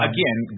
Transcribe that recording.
Again